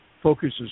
focuses